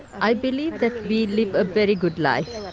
i believe that we live a very good life,